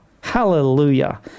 Hallelujah